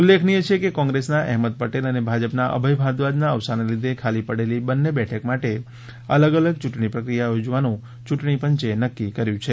ઉલ્લેખનીય છે કે કોંગ્રેસના અહેમદ પટેલ અને ભાજપના અભય ભારદ્વાજના અવસાનને લીઘે ખાલી પડેલી બંને બેઠક માટે અલગ અલગ ચૂંટણી પ્રક્રિયા યોજવાનું યૂંટણી પંચે નક્કી કર્યું છે